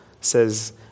says